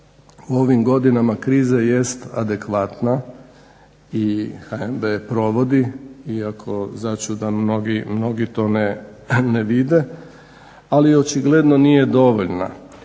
u ovim godinama krize jest adekvatna i HNB je provodi, iako začudo mnogi to ne vide, ali očigledno nije dovoljna.